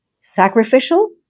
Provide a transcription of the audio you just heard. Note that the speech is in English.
sacrificial